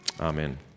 Amen